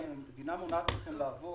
אם המדינה מונעת מכם לעבוד,